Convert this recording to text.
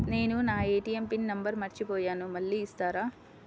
నేను నా ATM pin number మర్చిపోయాను మళ్ళీ ఇస్తారా?